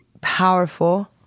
powerful